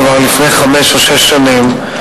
כבר לפני חמש או שש שנים,